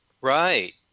Right